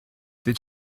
did